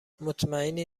مطمئنی